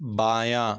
بایاں